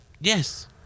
yes